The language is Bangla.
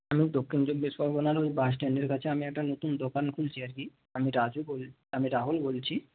আমি দক্ষিণ চব্বিশ পরগনার ওই বাস স্ট্যান্ডের কাছে আমি একটা নতুন দোকান খুলছি আর কি আমি রাজু বল আমি রাহুল বলছি